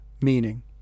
meaning